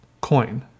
coin